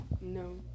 No